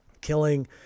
killing